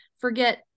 forget